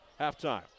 halftime